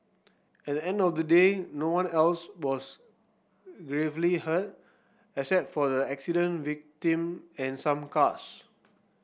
at the end of the day no one else was gravely hurt except for the accident victim and some cars